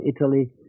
Italy